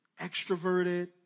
Extroverted